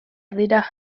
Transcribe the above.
dira